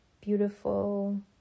beautiful